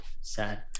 sad